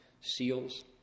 SEALs